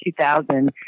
2000